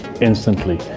instantly